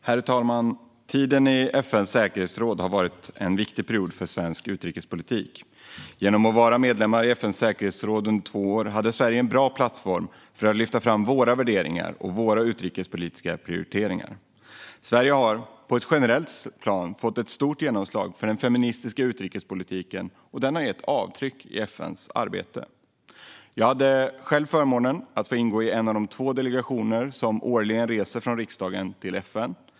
Herr talman! Sveriges tid i FN:s säkerhetsråd har varit en viktig period för svensk utrikespolitik. Genom att Sverige var medlem i FN:s säkerhetsråd under två år hade vi en bra plattform för att lyfta fram våra värderingar och våra utrikespolitiska prioriteringar. Sverige har på ett generellt plan fått stort genomslag för den feministiska utrikespolitiken, och den har gjort avtryck i FN:s arbete. Jag fick själv förmånen att ingå i en av de två delegationer som årligen reser från riksdagen till FN.